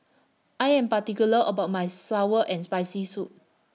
I Am particular about My Sour and Spicy Soup